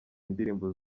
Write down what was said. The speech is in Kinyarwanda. indirimbo